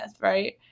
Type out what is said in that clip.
right